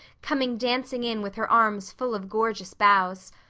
coming dancing in with her arms full of gorgeous boughs,